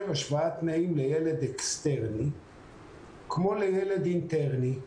השוואת תנאים לילד אקסטרני כמו לילד אינטרני.